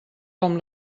com